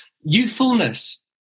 youthfulness